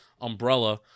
umbrella